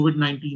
COVID-19